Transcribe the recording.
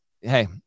hey